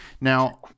Now